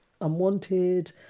unwanted